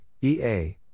EA